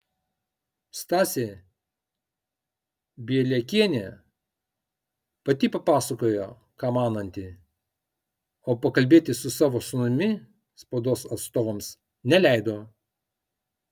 stasė bieliakienė pati papasakojo ką mananti o pakalbėti su savo sūnumi spaudos atstovams neleido